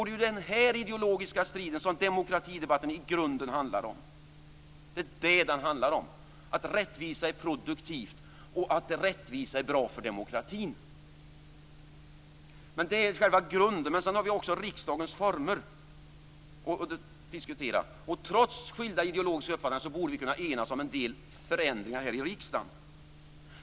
Det är den här ideologiska striden som demokratidebatten i grunden handlar om. Den handlar om att rättvisa är produktivt, att rättvisa är bra för demokratin. Det är själva grunden. Men sedan har vi också riksdagens former att diskutera. Trots skilda ideologiska uppfattningar borde vi kunna enas om en del förändringar här i riksdagen.